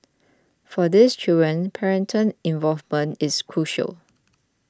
for these children parental involvement is crucial